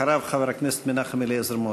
אחריו, חבר הכנסת מנחם אליעזר מוזס.